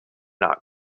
not